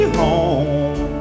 home